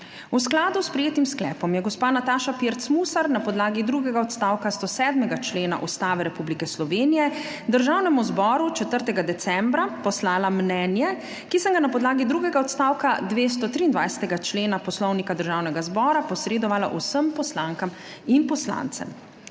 V skladu s sprejetim sklepom je gospa Nataša Pirc Musar na podlagi drugega odstavka 107. člena Ustave Republike Slovenije Državnemu zboru 4. decembra poslala mnenje, ki sem ga na podlagi drugega odstavka 223. člena Poslovnika Državnega zbora posredovala vsem poslankam in poslancem.